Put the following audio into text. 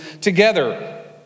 together